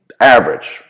average